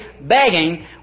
begging